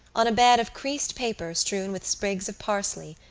on a bed of creased paper strewn with sprigs of parsley,